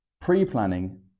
pre-planning